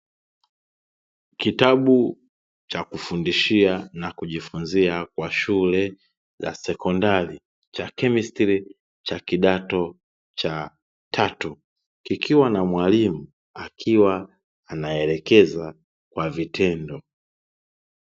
Kitabu cha kufundishia na kujifunzia kwa shule za sekondari cha kemistri cha kidato cha tatu kikiwa na mwalimu akiwa anaelekeza kwa vitendo.